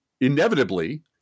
inevitably